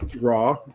Raw